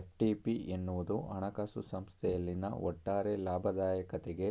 FTP ಎನ್ನುವುದು ಹಣಕಾಸು ಸಂಸ್ಥೆಯಲ್ಲಿನ ಒಟ್ಟಾರೆ ಲಾಭದಾಯಕತೆಗೆ